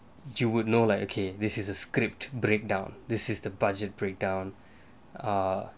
you would know like okay this is a script breakdown this is the budget breakdown uh